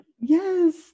Yes